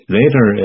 later